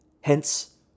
Hence